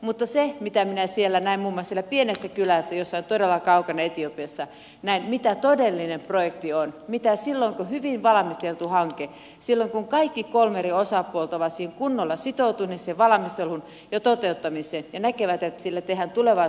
mutta se mitä minä siellä näin muun muassa siellä pienessä kylässä jossain todella kaukana etiopiassa oli todellinen projekti sitä mitä se on silloin kun on hyvin valmisteltu hanke silloin kun kaikki kolme eri osapuolta ovat siihen valmisteluun ja toteuttamiseen kunnolla sitoutuneet ja näkevät että siellä tehdään tulevaisuudessa tuloksia